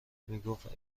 میگفت